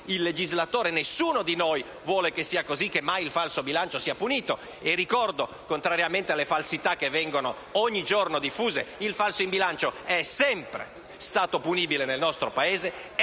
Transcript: il legislatore (ma nessuno di noi) vuole che sia così e che il falso in bilancio non sia punito. Ricordo, contrariamente alle falsità che ogni giorno vengono diffuse, che il falso in bilancio è sempre stato punibile nel nostro Paese